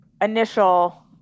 initial